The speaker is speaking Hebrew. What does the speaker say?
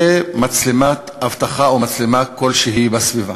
מצלמת אבטחה או מצלמה כלשהי בסביבה.